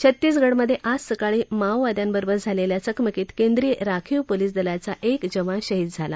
छत्तीगडमध्ये आज सकाळी माओवाद्याबरोबर झालेल्या चकमकीत केंद्रीय राखीव पोलिस दलाचा एक जवान शहीद झाला